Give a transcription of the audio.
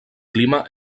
clima